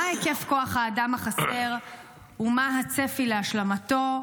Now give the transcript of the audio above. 1. מה היקף כוח האדם החסר ומה הצפי להשלמתו?